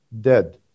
dead